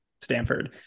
Stanford